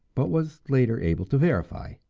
but was later able to verify.